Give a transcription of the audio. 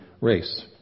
race